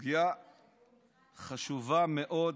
סוגיה חשובה מאוד